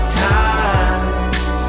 times